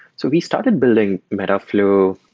so we started building metaflow